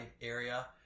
area